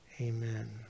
amen